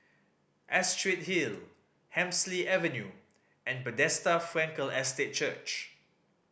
Astrid Hill Hemsley Avenue and Bethesda Frankel Estate Church